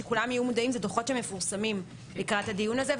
וכולם יהיו מודעים לכך שאלה דוחות שמפורסמים לקראת הדיון הזה.